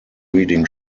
reading